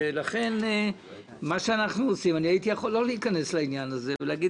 ולכן הייתי יכול לא להיכנס לעניין הזה ולהגיד